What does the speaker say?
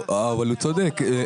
אבל הוא צודק,